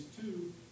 two